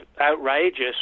outrageous